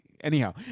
Anyhow